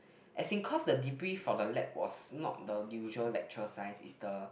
as in cause the debrief for the lab was not the usual lecture size is the